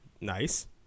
Nice